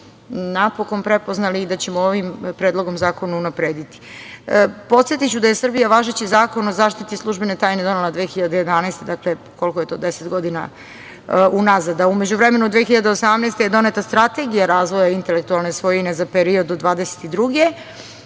napokon prepoznali i da ćemo ovim predlogom zakona unaprediti. Podsetiću da je Srbija važeći Zakon o zaštiti službene tajne donela 2011. godine, dakle, koliko je to, deset godina unazad, a u međuvremenu 2018. je doneta Strategija razvoja intelektualne svojine za period do 2022.